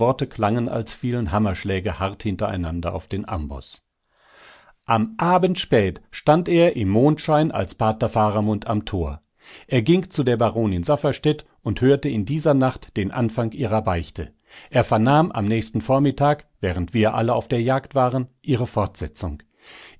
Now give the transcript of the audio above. klangen als fielen hammerschläge hart hintereinander auf den amboß am abend spät stand er im mondschein als pater faramund am tor er ging zu der baronin safferstätt und hörte in dieser nacht den anfang ihrer beichte er vernahm am nächsten vormittag während wir alle auf der jagd waren ihre fortsetzung